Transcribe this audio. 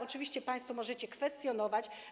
Oczywiście państwo możecie kwestionować.